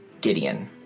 Gideon